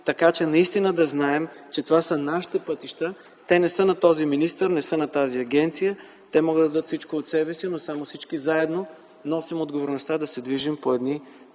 така че наистина да знаем, че това са нашите пътища. Те не са на този министър, не са на тази агенция, които могат да дадат всичко от себе си, но само всички заедно носим отговорността да се движим по едни